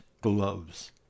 gloves